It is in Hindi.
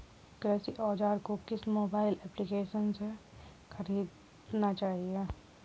कृषि औज़ार को किस मोबाइल एप्पलीकेशन से ख़रीदना चाहिए?